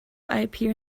appear